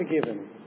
forgiven